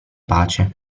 pace